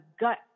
gut